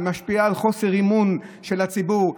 היא משפיעה על חוסר האמון של הציבור.